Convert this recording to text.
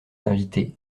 invité